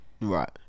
Right